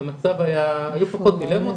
היו פחות דילמות,